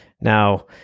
Now